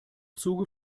zuge